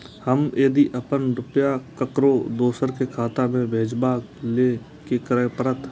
हम यदि अपन रुपया ककरो दोसर के खाता में भेजबाक लेल कि करै परत?